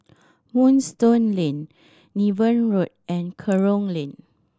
Moonstone Lane Niven Road and Kerong Lane